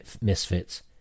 misfits